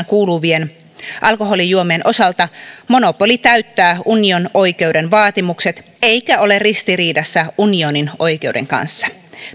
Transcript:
kuuluvien alkoholijuomien osalta monopoli täyttää unionin oikeuden vaatimukset eikä ole ristiriidassa unionin oikeuden kanssa